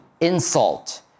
insult